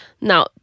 Now